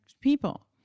people